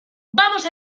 vamos